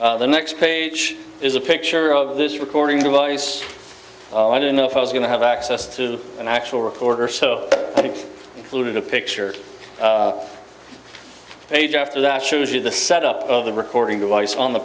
on the next page is a picture of this recording device i don't know if i was going to have access to an actual recorder so i think luna the picture page after that shows you the set up of the recording device on the